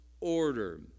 order